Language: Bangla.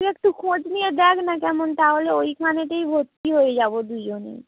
তুই একটু খোঁজ নিয়ে দেখ না কেমন তাহলে ওইখানেতেই ভর্তি হয়ে যাবো দুজনে